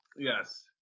Yes